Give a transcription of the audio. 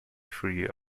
free